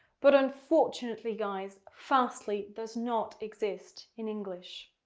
but unfortunately guys fastly does not exist in english.